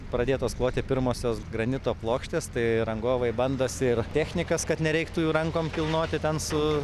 pradėtos kloti pirmosios granito plokštės tai rangovai bandosi ir technikas kad nereiktų jų rankom kilnoti ten su